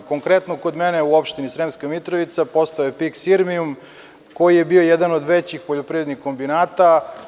Konkretno kod mene u opštini Sremska Mitrovica, postojao je PIK Sirmijum, koji je bio jedan od većih poljoprivrednih kombinat.